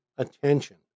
attention